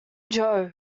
joe